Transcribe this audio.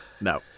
No